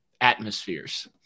atmospheres